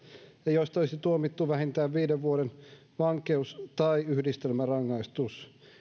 ja joista olisi tuomittu vähintään viiden vuoden vankeus tai yhdistelmärangaistus